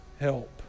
help